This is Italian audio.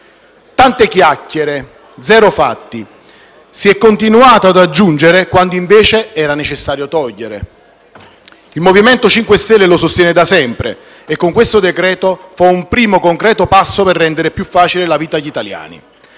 Tante chiacchiere e zero fatti; si è continuato ad aggiungere quando invece era necessario togliere. Il MoVimento 5 Stelle lo sostiene da sempre e, con questo decreto-legge, fa un primo concreto passo per rendere più facile la vita agli italiani,